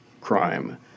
crime